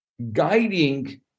Guiding